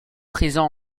présent